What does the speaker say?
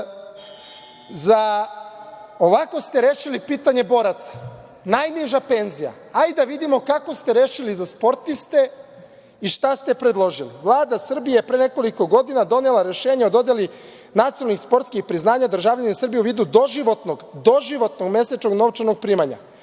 ste rešili pitanje boraca – najniža penzija. Hajde da vidimo kako ste rešili za sportiste i šta ste predložili. Vlada Srbije je pre nekoliko godina donela rešenja o dodeli nacionalnih i sportskih priznanja državljanima Srbije u vidu doživotnog mesečnog novčanog primanja.